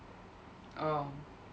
oh